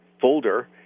folder